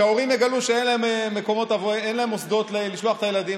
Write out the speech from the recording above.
כשההורים יגלו שאין להם מוסדות לשלוח אליהם את הילדים,